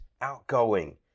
outgoing